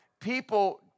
people